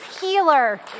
healer